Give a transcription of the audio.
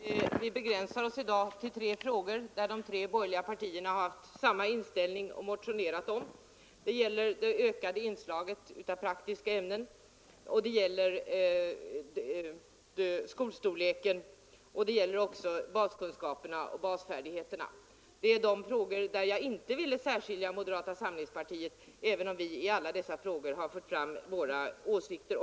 Herr talman! Vi begränsar oss i dag till tre frågor, där de tre borgerliga partierna haft samma inställning och motionerat om samma sak. Det gäller det ökade inslaget av praktiska ämnen, skolstorleken och baskunskaperna och basfärdigheterna. I dessa frågor ville jag inte särskilja moderata samlingspartiet, även om vi i alla dessa sammanhang också för fram våra åsikter.